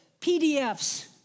PDFs